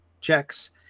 checks